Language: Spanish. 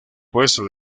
puesto